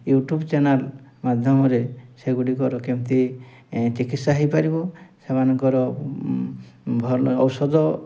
YouTube channel ମାଧ୍ୟମରେ ସେଗୁଡ଼ିକର କେମିତି ଏଁ ଚିକିତ୍ସା ହେଇପାରିବ ସେମାନଙ୍କର ଭଲ ଔଷଧ